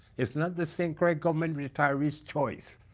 it's not the st. croix government retirees choice.